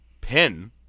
Pin